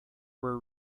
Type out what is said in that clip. were